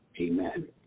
Amen